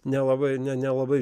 nelabai nelabai